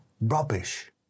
Rubbish